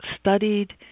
studied